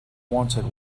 wanted